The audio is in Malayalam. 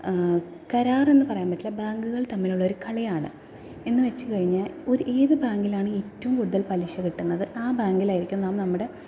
കരാറെന്ന് പറയാൻ പറ്റില്ല ബാങ്കുകൾ തമ്മിലുള്ള ഒരു കളിയാണ് എന്ന് വെച്ചു കഴിഞ്ഞാൽ ഒരു ഏത് ബാങ്കിലാണ് ഏറ്റവും കൂടുതൽ പലിശ കിട്ടുന്നത് ആ ബാങ്കിലാരിക്കും നാം നമ്മുടെ